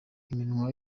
iminwa